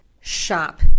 Shop